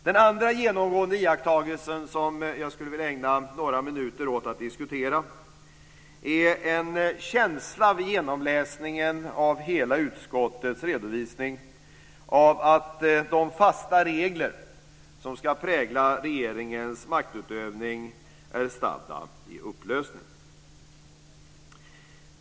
Den andra genomgående iakttagelsen, som jag skulle vilja ägna några minuter åt att diskutera, är en känsla vid genomläsningen av hela utskottets redovisning av att de fasta regler som ska prägla regeringens maktutövning är stadda i upplösning.